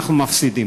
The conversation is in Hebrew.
אנחנו מפסידים.